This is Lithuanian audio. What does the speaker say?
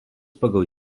pagal